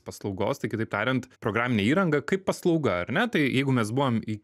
paslaugos tai kitaip tariant programinė įranga kaip paslauga ar ne tai jeigu mes buvom į